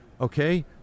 okay